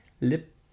lip